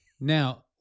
Now